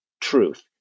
truth